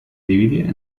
divide